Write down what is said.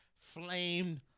flamed